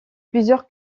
plusieurs